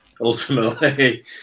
ultimately